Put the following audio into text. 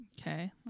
Okay